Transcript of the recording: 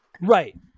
Right